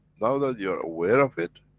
now that you are aware of it,